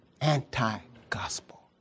anti-gospel